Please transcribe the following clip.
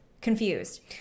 confused